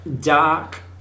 dark